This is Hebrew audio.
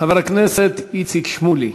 חבר הכנסת איציק שמולי.